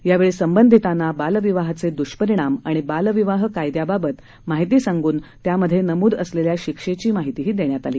यावेळी संबंधितांना बालविवाहाचे दुष्परिणाम आणि बालविवाह कायद्याबाबत माहिती सांगून त्यामध्ये नमूद असलेल्या शिक्षेची माहिती देण्यात आली